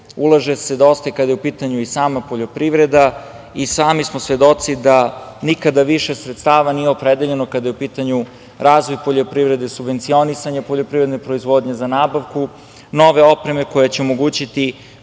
ulaže se dosta i kada je u pitanju i sama poljoprivreda i sami smo svedoci da nikada više sredstava nije opredeljeno kada je u pitanju razvoj poljoprivrede, subvencionisanje poljoprivredne proizvodnje, za nabavku nove opreme koja će omogućiti